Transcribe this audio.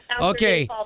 Okay